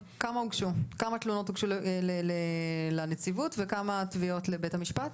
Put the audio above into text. כמה תלונות הוגשו לנציבות וכמה תביעות הוגשו לבית המשפט?